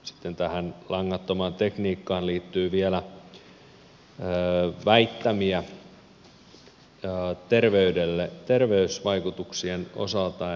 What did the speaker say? sitten tähän langattomaan tekniikkaan liittyy vielä väittämiä terveysvaikutuksien osalta